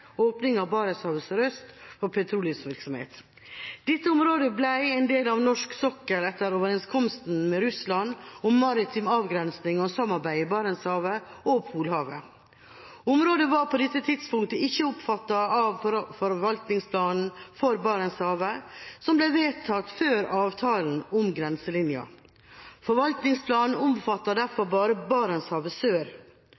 åpning av Barentshavet sørøst for petroleumsvirksomhet. Dette området ble en del av norsk sokkel etter overenskomsten med Russland om maritim avgrensning og samarbeid i Barentshavet og Polhavet. Området var på dette tidspunktet ikke omfattet av forvaltningsplanen for Barentshavet, som ble vedtatt før avtalen om grenselinja. Forvaltningsplanen omfatter derfor bare Barentshavet sør.